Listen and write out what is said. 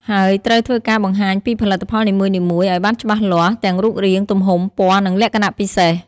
ហើយត្រូវធ្វើការបង្ហាញពីផលិតផលនីមួយៗឲ្យបានច្បាស់លាស់ ទាំងរូបរាង ទំហំ ពណ៌ និងលក្ខណៈពិសេស។